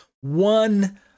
one